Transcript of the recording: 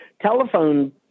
telephone